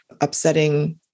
upsetting